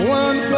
one